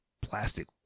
plastic